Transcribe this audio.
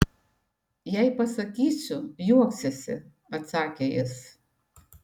jei pasakysiu juoksiesi atsakė jis